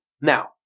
Now